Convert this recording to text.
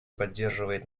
поддерживает